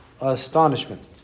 astonishment